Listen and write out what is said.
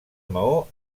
maó